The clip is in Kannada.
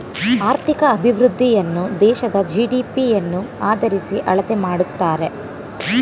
ಆರ್ಥಿಕ ಅಭಿವೃದ್ಧಿಯನ್ನು ದೇಶದ ಜಿ.ಡಿ.ಪಿ ಯನ್ನು ಆದರಿಸಿ ಅಳತೆ ಮಾಡುತ್ತಾರೆ